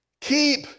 Keep